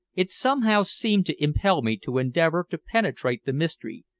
it somehow seemed to impel me to endeavor to penetrate the mystery,